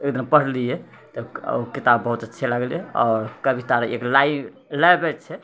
एक दिन पढ़लिए हँ तऽ किताब बहुत अच्छा लगलै आओर कविता एक लय लयमे छै